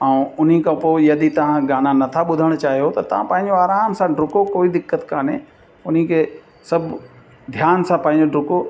ऐं उन खां पोइ यदि तव्हां गाना नथा ॿुधणु चाहियो तव्हां पंहिंजो आराम सां डुको कोई दिक़त कोन्हे उन खे सभु ध्यान सां पंहिंजो डुको